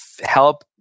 help